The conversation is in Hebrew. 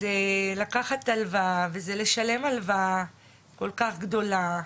וזה לקחת הלוואה, וזה לשלם הלוואה כל כך גדולה,